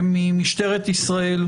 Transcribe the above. מכיוון שהדיון משודר,